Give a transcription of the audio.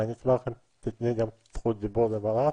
נשמח עם תתני זכות דיבור לברק.